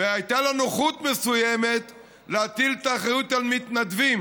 והייתה לה נוחות מסוימת להטיל את האחריות על מתנדבים